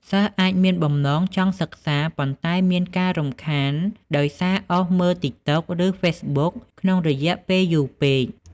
សិស្សអាចមានបំណងចង់សិក្សា ប៉ុន្តែមានការរំខានដោយសារអូសមើល Tiktok ឬ facebook ក្នុងរយៈពេលយូរពេក។